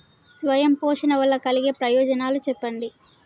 స్వయం పోషణ వల్ల కలిగే ప్రయోజనాలు చెప్పండి?